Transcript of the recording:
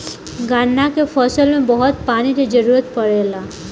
गन्ना के फसल में बहुत पानी के जरूरत पड़ेला